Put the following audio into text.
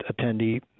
attendee